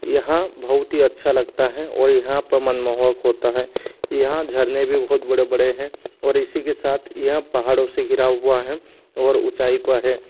यहाँ बहुत ही अच्छा लगता हैं और यहाँ पर मनमोहक होता है यहाँ झरने भी बहुत बड़े बड़े हैं और इसी के साथ यहँ पहाड़ों से घिरा हुआ हैं और ऊँचाई पर है